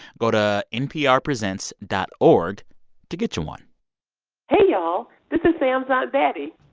go to nprpresents dot org to get you one hey, y'all. this is sam's aunt betty.